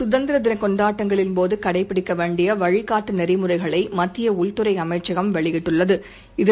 சுதந்திரதினகொண்டாட்டங்களின்போதுகடைபிடிக்கவேண்டியவழிகாட்டுநெறிமுறைகளைமத்தியஉள்துறை றஅமைச்சகம் வெளியிட்டுள்ளது